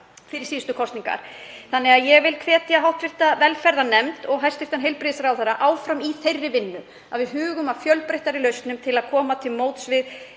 fyrir síðustu kosningar. Þannig að ég vil hvetja hv. velferðarnefnd og hæstv. heilbrigðisráðherra áfram í þeirri vinnu að við hugum að fjölbreyttari lausnum, að koma til móts við